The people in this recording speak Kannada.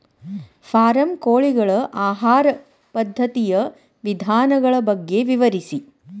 ಫಾರಂ ಕೋಳಿಗಳ ಆಹಾರ ಪದ್ಧತಿಯ ವಿಧಾನಗಳ ಬಗ್ಗೆ ವಿವರಿಸಿ